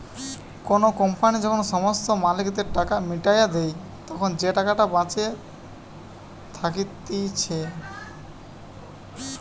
কোনো কোম্পানি যখন সমস্ত মালিকদের টাকা মিটাইয়া দেই, তখন যেই টাকাটা বেঁচে থাকতিছে